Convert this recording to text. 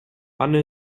anne